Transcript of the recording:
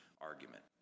argument